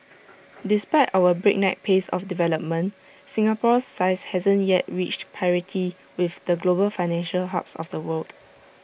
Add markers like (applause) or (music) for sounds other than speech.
(noise) despite our breakneck pace of development Singapore's size hasn't yet reached parity with the global financial hubs of the world